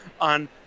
on